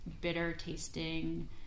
bitter-tasting